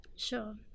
Sure